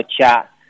chat